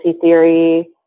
theory